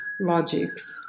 logics